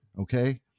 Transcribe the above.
okay